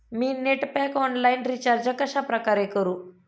मी net pack online recharge कशाप्रकारे करु?